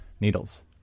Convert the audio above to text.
needles